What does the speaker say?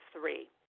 three